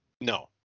No